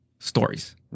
stories